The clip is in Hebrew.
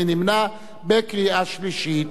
מי נמנע בקריאה שלישית?